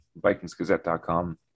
vikingsgazette.com